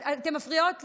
אתן מפריעות לי.